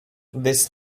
this